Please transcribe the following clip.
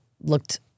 looked